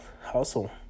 hustle